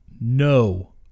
no